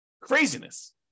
Craziness